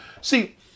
See